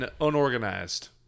unorganized